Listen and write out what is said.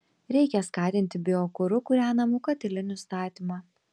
reikia skatinti biokuru kūrenamų katilinių statymą